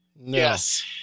Yes